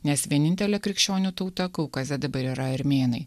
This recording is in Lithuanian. nes vienintelė krikščionių tauta kaukaze dabar yra armėnai